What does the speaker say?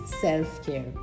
self-care